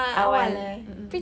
awal mm mm